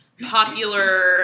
Popular